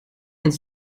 uns